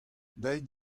deuet